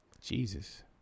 Jesus